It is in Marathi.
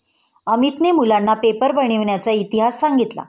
अमितने मुलांना पेपर बनविण्याचा इतिहास सांगितला